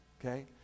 okay